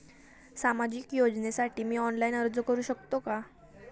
सामाजिक योजनेसाठी मी ऑनलाइन अर्ज करू शकतो का?